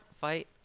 fight